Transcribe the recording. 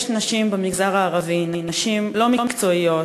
יש נשים במגזר הערבי נשים לא מקצועיות,